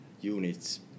units